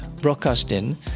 broadcasting